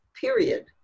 period